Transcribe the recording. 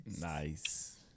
nice